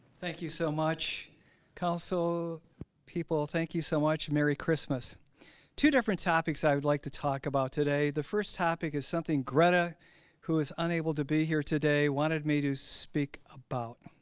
thank you so much council people. thank you so much merry christmas two different topics i would like to talk about today the first topic is something greta who is unable to be here today? wanted me to speak about?